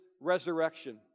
resurrection